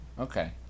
okay